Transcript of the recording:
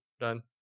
done